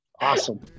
Awesome